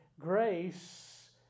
grace